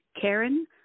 Karen